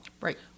Right